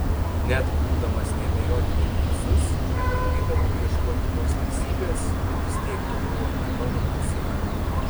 net būdamas neabejotinai teisus nebandydavau ieškoti tos teisybės vis tiek ji buvo ne mano pusėje